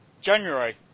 January